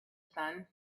sun